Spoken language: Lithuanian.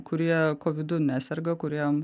kurie kovid neserga kuriem